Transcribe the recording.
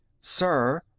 Sir